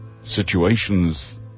situations